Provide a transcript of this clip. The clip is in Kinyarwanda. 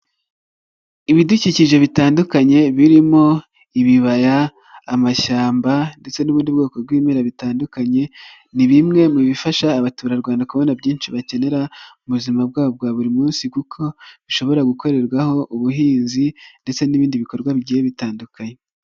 Ibidukikije bitandukanye birimo ibibaya, amashyamba, ndetse n'ubundi bwoko bw'ibimera bitandukanye, ni bimwe mu bifasha abaturarwanda kubona byinshi bakenera mu buzima bwabo bwa buri munsi, kuko bishobora gukorerwaho ubuhinzi ndetse n'ibindi bikorwa bigiye bitandukanye.